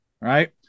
right